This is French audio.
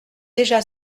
déjà